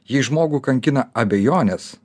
jei žmogų kankina abejonės